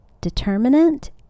Determinant